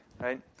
right